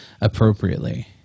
appropriately